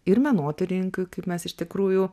ir menotyrininkui kaip mes iš tikrųjų